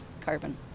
carbon